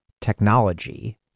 technology